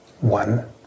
one